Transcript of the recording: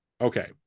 Okay